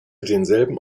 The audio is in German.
denselben